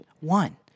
One